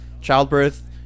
childbirth